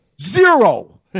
zero